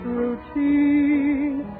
routine